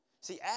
See